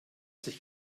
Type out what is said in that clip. sich